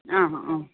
ആ ആ